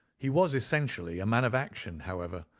he was essentially a man of action, however,